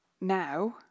now